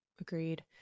agreed